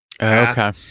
Okay